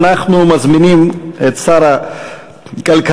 אנחנו מזמינים את שר הכלכלה,